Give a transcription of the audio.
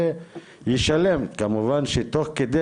ממש תוכנית